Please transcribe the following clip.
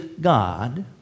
God